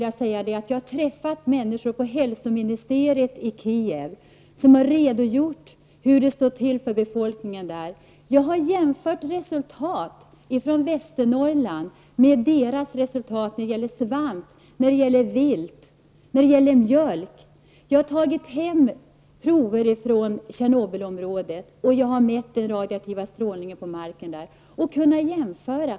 Jag har träffat människor på hälsoministeriet i Kiev som har redogjort för hur det står till med befolkningen där. Jag har jämfört resultat från Västernorrland med deras resultat när det gäller svamp, vilt och mjölk. Jag har tagit hem prover från Tjernobylområdet, och jag har mätt den radioaktiva strålningen på marken där och kunnat jämföra.